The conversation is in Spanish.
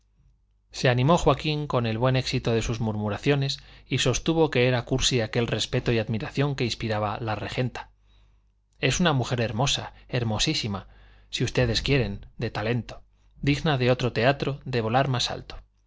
se animó joaquín con el buen éxito de sus murmuraciones y sostuvo que era cursi aquel respeto y admiración que inspiraba la regenta es una mujer hermosa hermosísima si ustedes quieren de talento digna de otro teatro de volar más alto